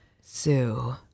Sue